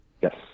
Yes